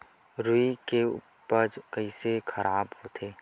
रुई के उपज कइसे खराब होथे?